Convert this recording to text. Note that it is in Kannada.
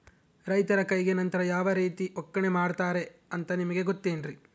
ರೈತರ ಕೈಗೆ ನಂತರ ಯಾವ ರೇತಿ ಒಕ್ಕಣೆ ಮಾಡ್ತಾರೆ ಅಂತ ನಿಮಗೆ ಗೊತ್ತೇನ್ರಿ?